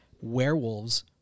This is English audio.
werewolves